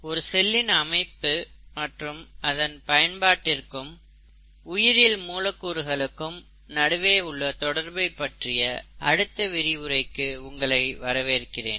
ஒரு செல்லின் அமைப்பு மற்றும் அதன் பயன்பாட்டிற்கும் உயிரியல் மூலக்கூறுகளுக்கும் நடுவே உள்ள தொடர்பைப் பற்றிய அடுத்த விரிவுரைக்கு உங்களை வரவேற்கிறேன்